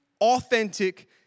authentic